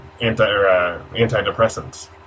antidepressants